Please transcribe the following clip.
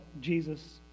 Jesus